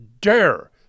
dare